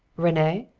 rene?